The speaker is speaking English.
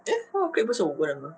eh 他的 clique 不是五个人的吗